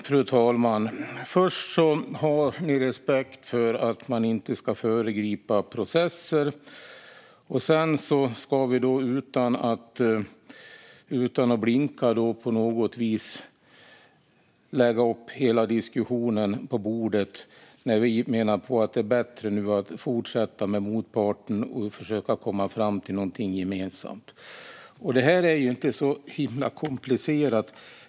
Fru talman! Först menar ni att ni har respekt för att man inte ska föregripa processer. Sedan ska vi utan att blinka lägga upp hela diskussionen på bordet när vi menar att det är bättre att fortsätta med motparten och försöka komma fram till någonting gemensamt. Det här är inte så himla komplicerat.